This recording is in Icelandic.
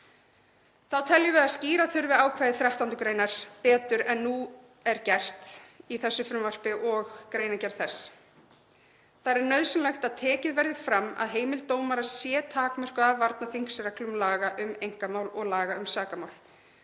Þá teljum við að skýra þurfi ákvæði 13. gr. betur en gert er í núverandi frumvarpi og greinargerð þess. Þar er nauðsynlegt að tekið verði fram að heimild dómara sé takmörkuð af varnarþingsreglum laga um einkamál og laga um sakamál.